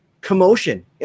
commotion